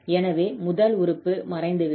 எனவே முதல் உறுப்பு மறைந்துவிடும்